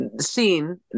seen